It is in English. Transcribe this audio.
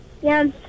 Yes